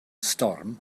storm